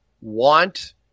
want